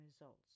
results